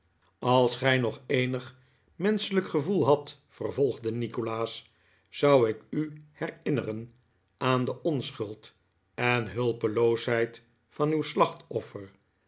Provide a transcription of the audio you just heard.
als gij nog eenig menschelijk gevoel h'adt vervolgde nikolaas zou ik u herinneren aan de onschuld en hulpelposheid van uw slachtoffer